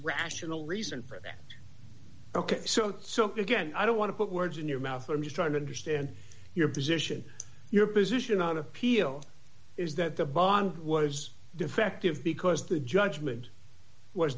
reason for that ok so something again i don't want to put words in your mouth i'm just trying to understand your position your position on appeal is that the bond was defective because the judgment was